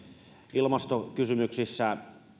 ilmastokysymyksissä